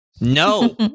No